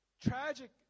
tragic